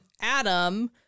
Adam